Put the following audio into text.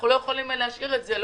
לא יכולים להשאיר את זה ככה,